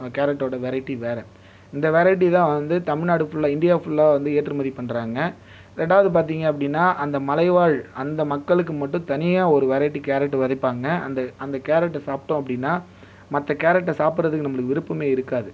கேரட்டோடய variety வேறு இந்த variety தான் வந்து தமிழ்நாடு ஃபுல்லாக இந்தியா ஃபுல்லாக வந்து ஏற்றுமதி பண்ணுறாங்க ரெண்டாவது பார்த்தீங்க அப்படின்னா அந்த மலைவாழ் அந்த மக்களுக்கு மட்டும் தனியாக ஒரு வெரைட்டி கேரட் விதைப்பாங்க அந்த அந்த கேரட் சாப்பிட்டோம் அப்படின்னா மற்ற கேரட்டை சாப்பிடுறதுக்கு நம்மளுக்கு விருப்பமே இருக்காது